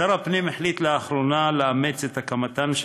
שר הפנים החליט לאחרונה לאמץ את הקמתן של